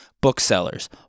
booksellers